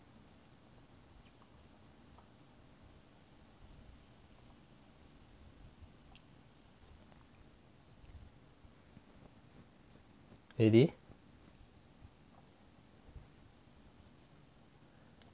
really